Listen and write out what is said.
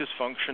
dysfunction